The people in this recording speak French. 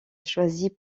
choisit